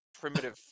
primitive